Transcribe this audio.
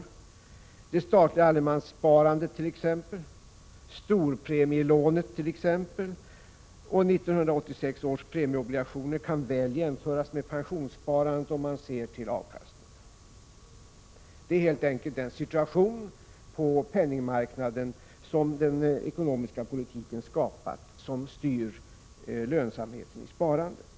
Exempelvis det statliga allemanssparandet, storpremielånet och 1986 års premieobligationer kan väl jämföras med pensionssparandet, om man ser till avkastningen. Det är helt enkelt den situation på penningmarknaden som den ekonomiska politiken skapat som styr lönsamheten i sparandet.